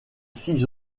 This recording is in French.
six